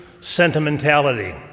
sentimentality